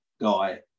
guy